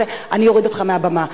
אני אוריד אותך מהבמה.